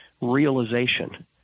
realization